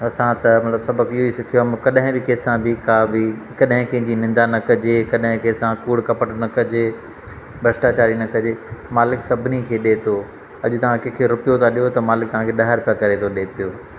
असां त मतिलबु सबक़ु इहो ई सिखियो आहे मतिलबु कॾहिं बि कंहिंसां बि का बि कॾहिं कंहिंजी निंदा न कजे कॾहिं कंहिंसां कूड़ु कपटु न कजे भ्रष्टाचारी न कजे मालिक सभिनी खे ॾिए थो अॼु तव्हां कंहिंखे रुपयो था ॾियो त मालिक तव्हां खे ॾह रुपया करे थो ॾिए पियो